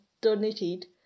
donated